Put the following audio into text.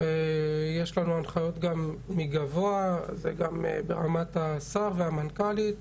לנו הנחיות גם מגבוה ברמת השר והמנכ"לית